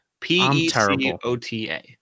P-E-C-O-T-A